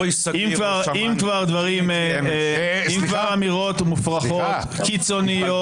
אם כבר אמירות מופרכות, קיצוניות -- סליחה.